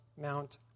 Mount